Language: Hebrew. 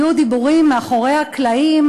היו דיבורים מאחורי הקלעים.